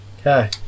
Okay